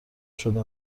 شده